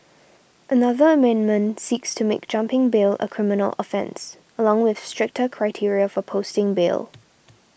another amendment seeks to make jumping bail a criminal offence along with stricter criteria for posting bail